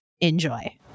Enjoy